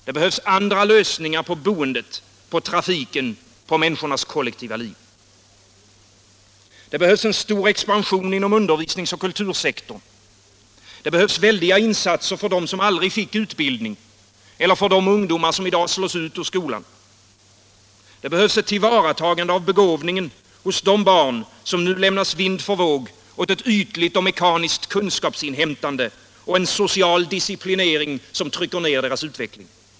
Det behövs andra lösningar på boendet, på trafiken, på människornas kollektiva liv. Det behövs en stor expansion inom undervisningsoch kultursektorn. Det behövs väldiga insatser för dem som aldrig fick utbildning och för de ungdomar som i dag slås ut ur skolan. Det behövs ett tillvaratagande av begåvningen hos de barn som nu lämnas vind för våg åt ett ytligt och mekaniskt kunskapsinhämtande och en social disciplinering som trycker ner deras utveckling.